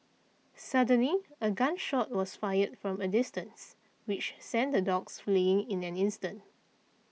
suddenly a gun shot was fired from a distance which sent the dogs fleeing in an instant